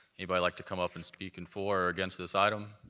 anybody like to come up and speak and for or against this item?